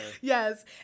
Yes